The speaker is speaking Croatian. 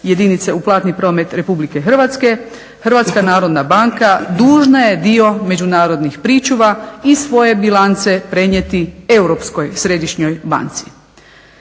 jedince u platni promet RH HNB dužna je dio međunarodnih pričuva iz svoje bilance prenijeti europskoj središnjoj banci.